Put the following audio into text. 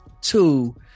two